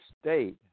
state